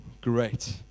Great